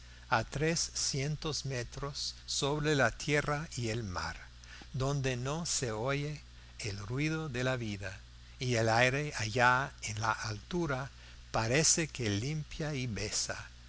a trescientos metros sobre la tierra y el mar donde no se oye el ruido de la vida y el aire allá en la altura parece que limpia y besa